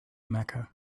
mecca